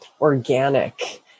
organic